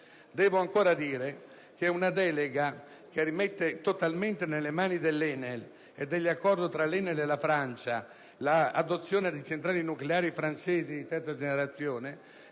Devo ancora dire che una delega che rimette totalmente nelle mani dell'ENEL e dell'accordo tra l'ENEL e la Francia l'adozione di centrali nucleari francesi di terza generazione,